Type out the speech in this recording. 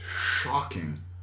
shocking